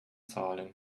zahlen